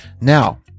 Now